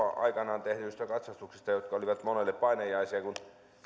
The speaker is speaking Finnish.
aikanaan tehdyistä katsastuksista jotka olivat monelle painajaisia kun